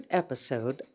episode